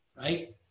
right